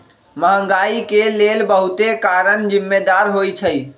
महंगाई के लेल बहुते कारन जिम्मेदार होइ छइ